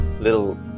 little